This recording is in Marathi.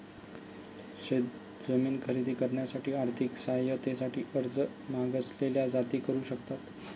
शेत जमीन खरेदी करण्यासाठी आर्थिक सहाय्यते साठी अर्ज मागासलेल्या जाती करू शकतात